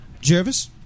Jervis